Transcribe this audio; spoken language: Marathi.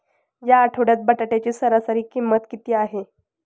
या आठवड्यात बटाट्याची सरासरी किंमत किती आहे?